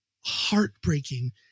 heartbreaking